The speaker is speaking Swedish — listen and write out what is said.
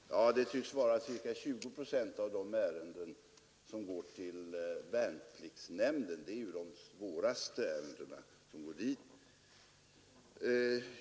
Herr talman! Det tycks vara ca 20 procent av de ärenden som går till värnpliktsnämnden. Det är ju de svåraste ärendena som går dit.